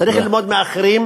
צריך ללמוד מאחרים,